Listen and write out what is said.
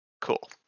Cool